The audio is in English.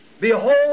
Behold